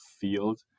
field